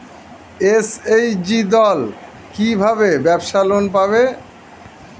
SHG দল কী ভাবে ব্যাবসা লোন পাবে?